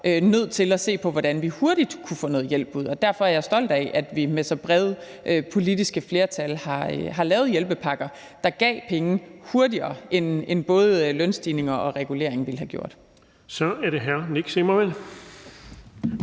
nødt til at se på, hvordan vi hurtigt kan få noget hjælp ud, og derfor er jeg stolt af, at vi med så brede politiske flertal har lavet hjælpepakker, der har givet penge hurtigere, end både lønstigning og regulering ville have gjort. Kl. 18:46 Den fg. formand